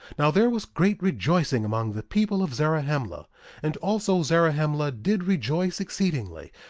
now, there was great rejoicing among the people of zarahemla and also zarahemla did rejoice exceedingly,